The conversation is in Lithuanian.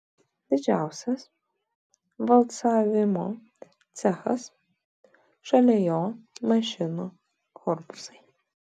didžiausias valcavimo cechas šalia jo mašinų korpusai